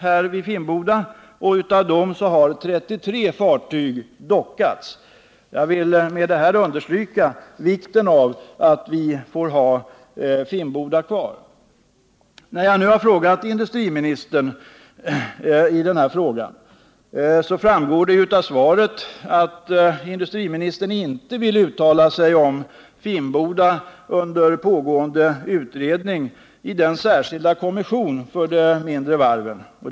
33 av dessa fartyg har dockats. Jag vill med detta understryka vikten av att vi får ha kvar Finnboda. Jag har nu interpellerat industriministern i denna fråga. Av svaret framgår att industriministern, under pågående utredning i den särskilda kommissionen för de mindre och medelstora varven, inte vill uttala sig om Finnboda.